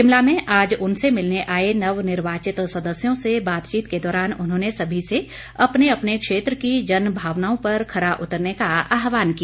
शिमला में आज उनसे मिलने आए नवनिर्वाचित सदस्यों से बातचीत के दौरान उन्होंने सभी से अपने अपने क्षेत्र की जनभावनाओं पर खरा उतरने का आहवान किया